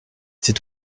c’est